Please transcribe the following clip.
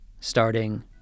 starting